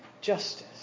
justice